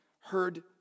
heard